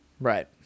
Right